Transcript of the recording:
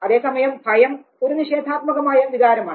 അതേസമയം ഭയം ഒരു നിഷേധാത്മകമായ വികാരമാണ്